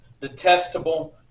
detestable